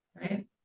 right